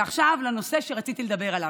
ועכשיו לנושא שרציתי לדבר עליו.